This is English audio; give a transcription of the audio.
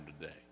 today